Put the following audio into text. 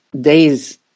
days